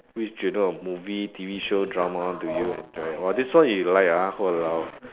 which genre of movie T_V show drama do you enjoy !wah! this one you like ah !walao!